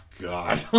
God